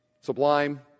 sublime